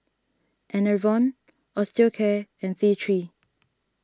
Enervon Osteocare and fee three